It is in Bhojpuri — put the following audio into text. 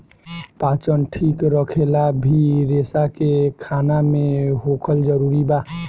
पाचन ठीक रखेला भी रेसा के खाना मे होखल जरूरी बा